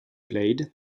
played